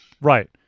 Right